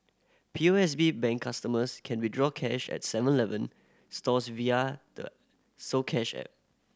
P O S B Bank customers can withdraw cash at Seven Eleven stores via the soCash app